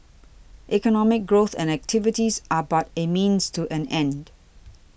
economic growth and activities are but a means to an end